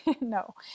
no